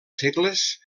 segles